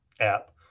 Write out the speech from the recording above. app